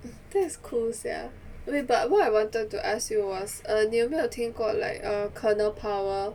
that's cool sia wait but what I wanted to ask you was err 你有没有听过 like err kernel power